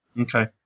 Okay